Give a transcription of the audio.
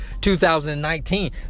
2019